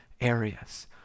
areas